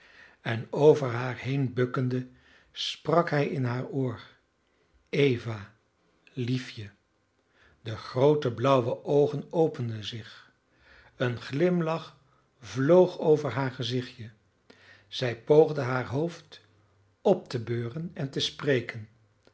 en over haar heen bukkende sprak hij in haar oor eva liefje de groote blauwe oogen openden zich een glimlach vloog over haar gezichtje zij poogde haar hoofd op te beuren en te spreken